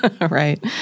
right